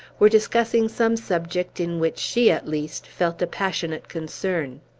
were discussing some subject in which she, at least, felt a passionate concern.